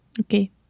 Okay